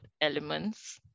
elements